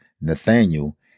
Nathaniel